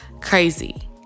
crazy